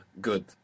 good